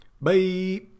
Bye